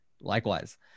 Likewise